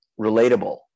relatable